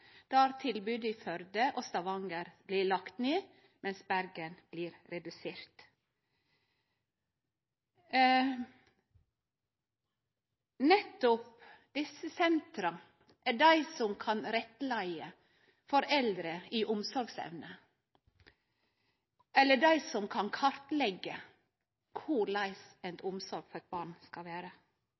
av tilbodet blir borte. Tilboda i Førde og Stavanger blir lagde ned, medan tilbodet i Bergen blir redusert. Nettopp desse sentera er dei som kan rettleie foreldre om omsorgsevne, eller dei som kan kartleggje korleis omsorga for barn skal vere.